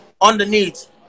underneath